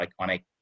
iconic